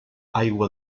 aigua